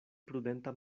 prudenta